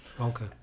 Okay